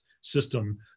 system